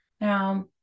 Now